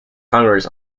congress